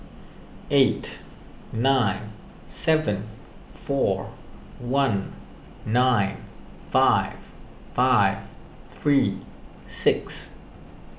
eight nine seven four one nine five five three six